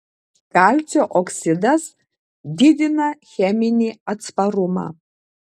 kalcio oksidas didina cheminį atsparumą